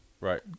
right